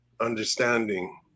understanding